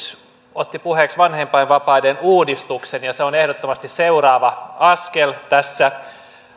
otti puheeksi vanhempainvapaiden uudistuksen ja se on ehdottomasti seuraava askel tässä